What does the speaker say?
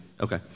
Okay